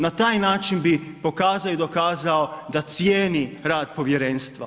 Na taj način bi pokazao i dokazao da cijeni rad povjerenstva.